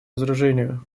разоружению